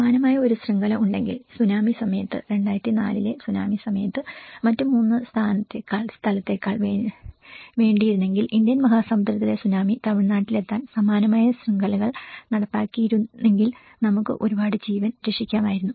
സമാനമായ ഒരു ശൃംഖല ഉണ്ടെങ്കിൽ സുനാമി സമയത്ത് 2004 ലെ സുനാമി സമയത്ത് മറ്റ് 3 സ്ഥാലത്തെത്താൻ വേണ്ടിയിരുന്നെങ്കിൽ ഇന്ത്യൻ മഹാസമുദ്രത്തിലെ സുനാമി തമിഴ്നാട്ടിലെത്താൻ സമാനമായ ശൃംഖലകൾ നടപ്പിലാക്കിയിരുന്നെങ്കിൽ നമുക്ക് ഒരുപാട് ജീവൻ രക്ഷിക്കാമായിരുന്നു